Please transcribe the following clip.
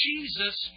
Jesus